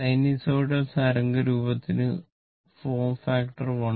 sinusoidal തരംഗരൂപത്തിന് form factor 1